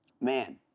Man